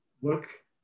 work